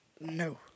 no